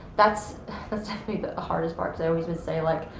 that's that's the hardest part cause i always been saying, like